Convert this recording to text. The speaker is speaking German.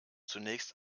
zunächst